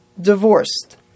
divorced